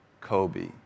Kobe